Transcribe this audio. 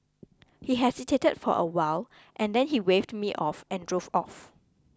he hesitated for a while and then he waved me off and drove off